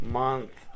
month